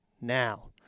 now